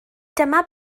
dyma